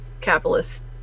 capitalist